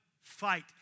fight